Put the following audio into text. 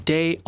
Day